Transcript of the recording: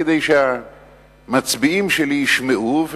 כדי שהמצביעים שלי ישמעו,